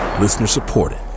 Listener-supported